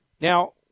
Now